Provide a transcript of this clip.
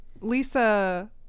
Lisa